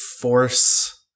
force